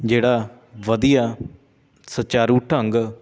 ਜਿਹੜਾ ਵਧੀਆ ਸੁਚਾਰੂ ਢੰਗ